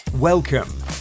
Welcome